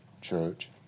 Church